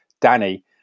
Danny